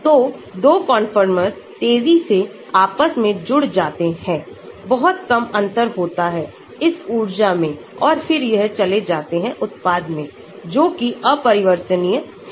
तो 2 कंफर्टर्स तेजी से आपस में जुड़ जाते हैं बहुत कम अंतर होता है इस ऊर्जा मेंऔर फिरयह चले जाते हैं उत्पाद में जो कि अपरिवर्तनीय है